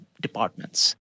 departments